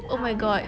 oh my god